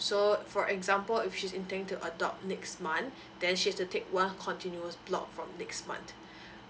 so for example if she's intending to adopt next month then she has to take one continuous block from next month